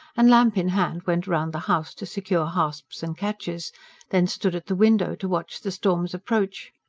and lamp in hand went round the house to secure hasps and catches then stood at the window to watch the storm's approach.